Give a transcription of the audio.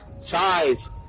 size